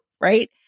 right